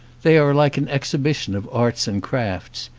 they are like an exhibition of arts and crafts,